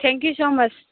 thank you so much